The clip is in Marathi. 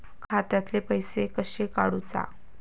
खात्यातले पैसे कशे काडूचा?